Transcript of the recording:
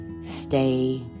Stay